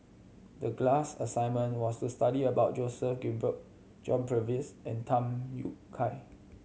the class assignment was to study about Joseph Grimberg John Purvis and Tham Yui Kai